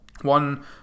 One